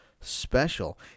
special